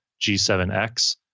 G7X